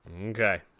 Okay